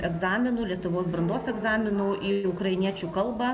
egzaminų lietuvos brandos egzaminų į ukrainiečių kalbą